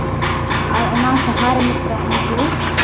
ᱟᱨ ᱚᱱᱟ ᱥᱟᱦᱟᱨᱮ ᱢᱤᱫᱴᱟᱝ ᱩᱱᱠᱩ